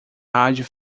rádio